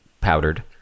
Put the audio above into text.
powdered